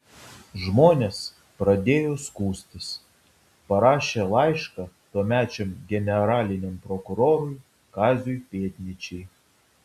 žmonės pradėjo skųstis parašė laišką tuomečiam generaliniam prokurorui kaziui pėdnyčiai